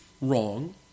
wrong